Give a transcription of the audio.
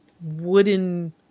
wooden